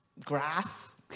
grass